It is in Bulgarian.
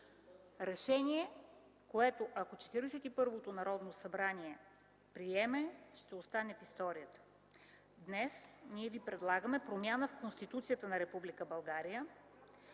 Четиридесет и първото Народно събрание приеме, ще остане в историята. Днес ние ви предлагаме промяна в Конституцията на